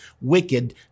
wicked